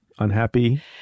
unhappy